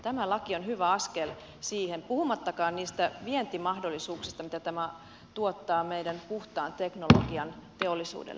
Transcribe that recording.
tämä laki on hyvä askel siihen suuntaan puhumattakaan niistä vientimahdollisuuksista mitä tämä tuottaa meidän puhtaan teknologian teollisuudellemme